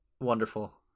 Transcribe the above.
wonderful